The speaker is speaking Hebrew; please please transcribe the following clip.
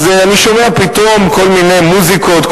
אז אני שומע פתאום כל מיני מוזיקות,